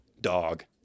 dog